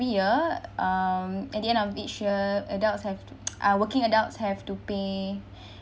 year um at the end of each year adults have to uh working adults have to pay